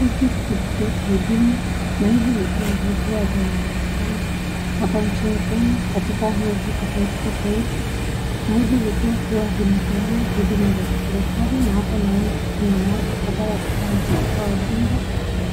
Hiki ni kituo cha huduma, na hivi vituo huwa vinapatikana hapa nchini Kenya katika miji tofauti tofauti. Na hivi vituo huwa vinapeana huduma za kiserikali. Na hapa naona kuna mmoja ambaye alikuwa ni spika wa bunge,